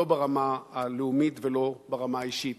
לא ברמה הלאומית ולא ברמה האישית.